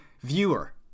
viewer